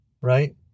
right